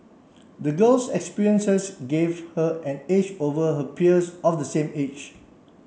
the girl's experiences gave her an edge over her peers of the same age